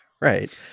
Right